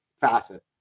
facet